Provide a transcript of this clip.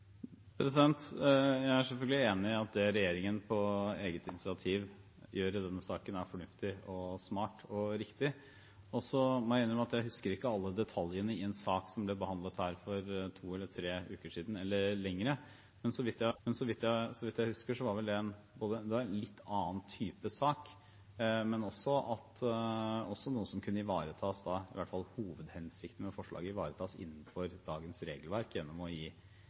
Jeg er selvfølgelig enig i at det regjeringen på eget initiativ gjør i denne saken, er fornuftig og smart og riktig. Så må jeg innrømme at jeg ikke husker alle detaljene i en sak som ble behandlet her for to eller tre uker siden eller mer – så vidt jeg husker, var det vel en litt annen sak – men at i hvert fall hovedhensikten med forslaget kunne ivaretas innenfor dagens regelverk gjennom å gi